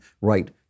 right